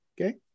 okay